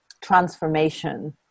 transformation